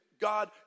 God